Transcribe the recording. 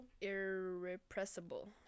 irrepressible